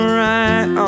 right